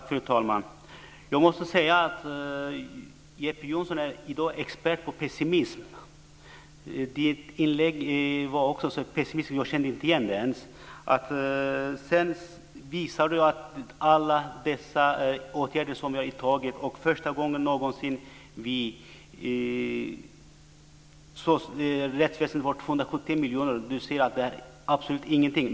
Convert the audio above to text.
Fru talman! Jeppe Johnsson är i dag expert på pessimism. Hans inlägg var också pessimistiskt. Jag kände inte igen honom. Sedan visade Jeppe Johnsson på alla de åtgärder som har vidtagits. Rättsväsendet får 270 miljoner kronor, och han säger att det är absolut ingenting.